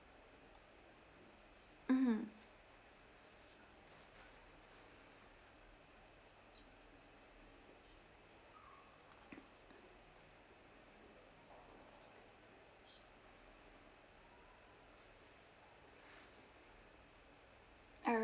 mmhmm alright